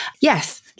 Yes